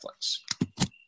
Netflix